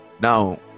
now